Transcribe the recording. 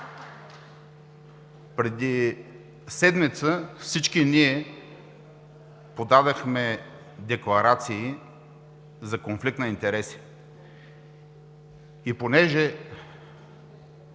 Преди седмица всички ние подадохме декларации за конфликт на интереси. Понеже